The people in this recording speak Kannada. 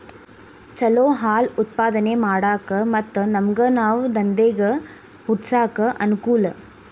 ಚಲೋ ಹಾಲ್ ಉತ್ಪಾದನೆ ಮಾಡಾಕ ಮತ್ತ ನಮ್ಗನಾವ ದಂದೇಗ ಹುಟ್ಸಾಕ ಅನಕೂಲ